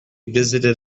visited